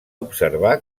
observar